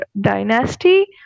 Dynasty